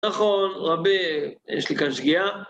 נכון, רבה.. יש לי כאן שגיאה.